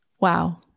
Wow